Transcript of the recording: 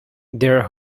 their